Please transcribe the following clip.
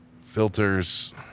filters